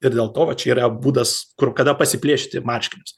ir dėl to va čia yra būdas kur kada pasiplėšti marškinius